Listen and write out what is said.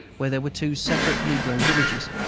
where there were two separate negro villages.